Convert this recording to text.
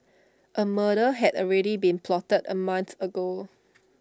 A murder had already been plotted A month ago